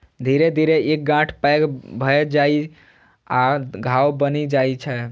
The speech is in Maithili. धीरे धीरे ई गांठ पैघ भए जाइ आ घाव बनि जाइ छै